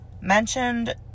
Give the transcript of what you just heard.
mentioned